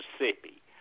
Mississippi